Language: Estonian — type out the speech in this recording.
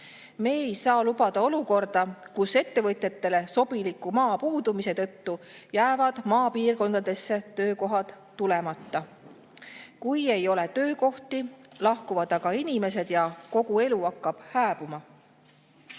Me ei saa lubada olukorda, kus ettevõtjatele sobiliku maa puudumise tõttu jäävad maapiirkondadesse töökohad tulemata. Kui ei ole töökohti, lahkuvad inimesed ja kogu elu [maal] hakkab